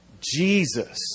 Jesus